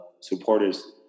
supporters